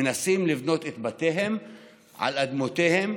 מנסים לבנות את בתיהם על אדמותיהם,